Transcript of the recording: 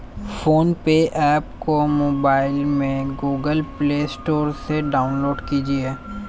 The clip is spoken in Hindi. फोन पे ऐप को मोबाइल में गूगल प्ले स्टोर से डाउनलोड कीजिए